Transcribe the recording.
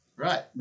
Right